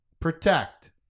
protect